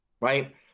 Right